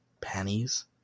panties